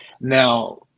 Now